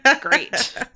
Great